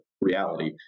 reality